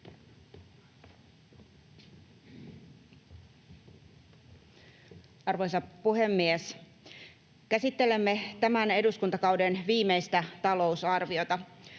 Arvoisa puhemies! Käsittelemme tämän eduskuntakauden viimeistä talousarviota.